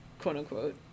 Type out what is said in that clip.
quote-unquote